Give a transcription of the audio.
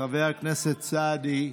חבר הכנסת סעדי.